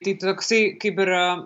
tai toksai kaip ir